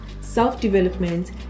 self-development